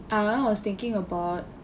and I was thinking about